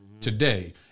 today